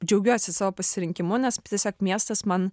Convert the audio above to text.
džiaugiuosi savo pasirinkimu nes tiesiog miestas man